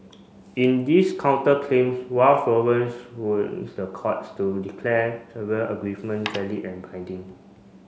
in this counterclaims Ralph Lauren the courts to declare agreement valid and binding